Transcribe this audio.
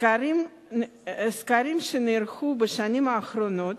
סקרים שנערכו בשנים האחרונות